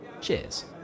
Cheers